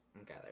Okay